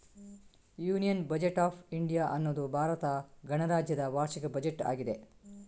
union budget of India ಅನ್ನುದು ಭಾರತ ಗಣರಾಜ್ಯದ ವಾರ್ಷಿಕ ಬಜೆಟ್ ಆಗಿದೆ